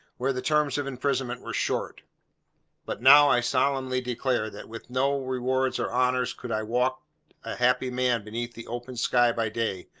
where the terms of imprisonment were short but now, i solemnly declare, that with no rewards or honours could i walk a happy man beneath the open sky by day,